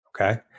Okay